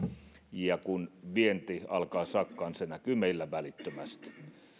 ja kun vienti alkaa sakkaamaan se näkyy meillä välittömästi